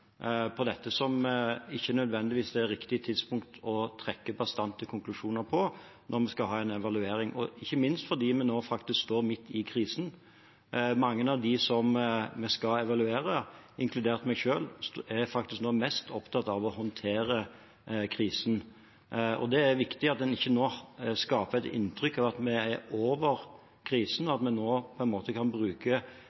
riktig tidspunkt å trekke bastante konklusjoner på, når vi jo skal ha en evaluering – ikke minst fordi vi nå faktisk står midt i krisen. Mange av dem vi skal evaluere, inkludert meg selv, er faktisk nå mest opptatt av å håndtere krisen. Det er viktig at en ikke nå skaper et inntrykk av at vi er over krisen, og